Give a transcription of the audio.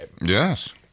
Yes